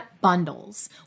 bundles